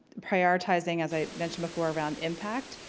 prioritizing as i mentioned before around impact.